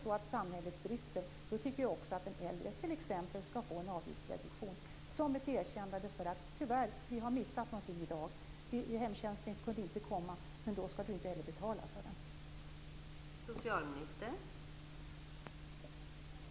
Och om samhället brister, då tycker jag att den äldre t.ex. skall få en avgiftsreduktion som ett erkännande för att kommunen tyvärr har missat något en viss dag, t.ex. att hemtjänsten inte kunde komma. Men då skall den äldre inte heller behöva betala för denna tjänst.